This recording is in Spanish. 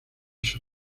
sus